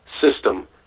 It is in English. system